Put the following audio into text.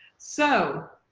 so